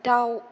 दाउ